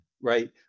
right